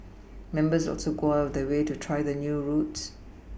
members also go out of their way to try the new routes